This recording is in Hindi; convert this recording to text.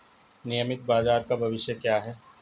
नियमित बाजार का भविष्य क्या है?